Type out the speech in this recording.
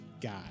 God